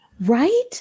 Right